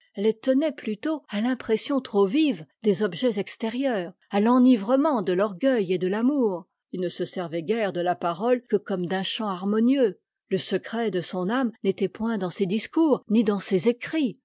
elle tenait plutôt à l'impression trop vive des objets extérieurs à l'enivrement de l'orgueil et de l'amour il ne se servait guère de la parole que comme d'un chant harmonieux le secret de son âme n'était point dans ses discours ni dans ses écrits